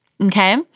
okay